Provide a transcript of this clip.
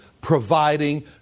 providing